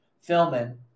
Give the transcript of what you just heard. filming